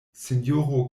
sinjoro